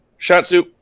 Shatsu